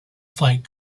fight